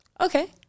Okay